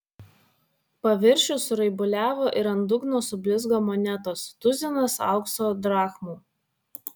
paviršius suraibuliavo ir ant dugno sublizgo monetos tuzinas aukso drachmų